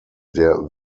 der